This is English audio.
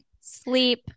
sleep